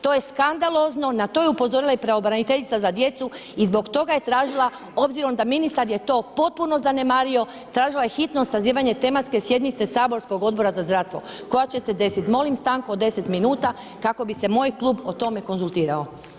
To je skandalozno, na to je upozorila i pravobraniteljica za djecu i zbog toga je tražila obzirom da ministar je to potpuno zanemario, tražila je hitno sazivanje tematske sjednice saborskog Odbora za zdravstvo koja će se desiti, molim stanku od 10 minuta kako bi se moj klub o tome konzultirao.